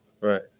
right